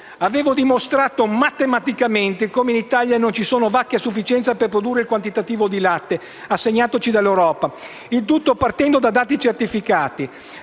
Avevo dimostrato matematicamente come in Italia non ci sono vacche a sufficienza per produrre il quantitativo di latte assegnatoci dall'Europa, il tutto partendo da dati certificati.